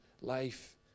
life